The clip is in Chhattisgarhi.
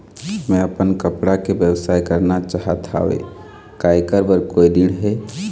मैं अपन कपड़ा के व्यवसाय करना चाहत हावे का ऐकर बर कोई ऋण हे?